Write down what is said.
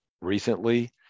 Recently